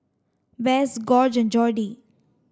Bess Gorge Jordy